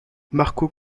marco